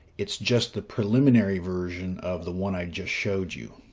it's just the preliminary version of the one i just showed you.